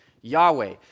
Yahweh